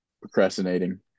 procrastinating